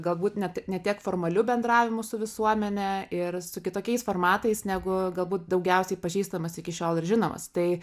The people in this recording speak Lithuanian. galbūt net ne tiek formaliu bendravimu su visuomene ir su kitokiais formatais negu galbūt daugiausiai pažįstamas iki šiol ir žinomas tai